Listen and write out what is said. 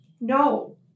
No